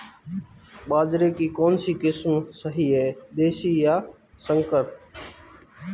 बाजरे की कौनसी किस्म सही हैं देशी या संकर?